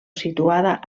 situada